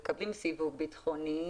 באגף מקבלים סיווג ביטחוני.